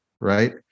right